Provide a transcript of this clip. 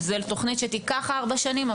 זו תוכנית שתיקח ארבע שנים,